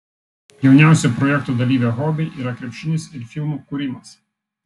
jauniausio projekto dalyvio hobiai yra krepšinis ir filmų kūrimas